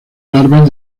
larvas